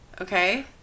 Okay